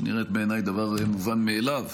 שנראית בעיניי דבר מובן מאליו,